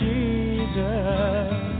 Jesus